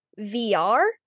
VR